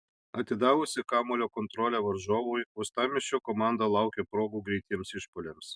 atidavusi kamuolio kontrolę varžovui uostamiesčio komanda laukė progų greitiems išpuoliams